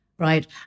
Right